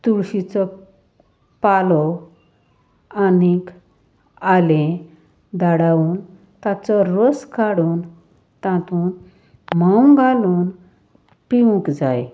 तुळशीचो पालो आनीक आलें धाडावून ताचो रोस काडून तातूंत मोंव घालून पिवूंक जाय